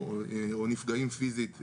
או נפגעים פיזית,